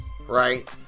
right